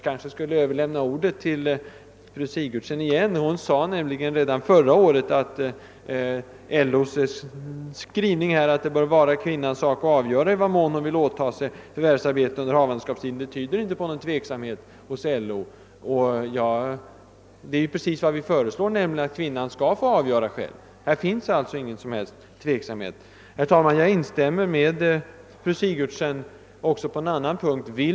Kanske skulle jag överlämna ordet till fru Sigurdsen, som redan i fjol sade att LO:s skrivning, att det bör vara kvinnans sak att avgöra i vad mån hon skall åta sig förvärvsarbete under havandeskapstiden, inte tyder på någon tveksamhet hos LO. Det är precis vad vi föreslår; kvinnan skall få avgöra den saken själv. Där finns det alltså ingen tveksamhet. Herr talman! Även på en annan punkt vill jag instämma med fru Sigurdsen.